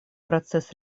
процесс